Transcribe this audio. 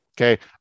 Okay